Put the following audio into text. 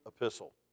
epistle